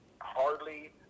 hardly